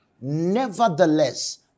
Nevertheless